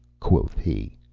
quoth he.